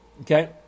Okay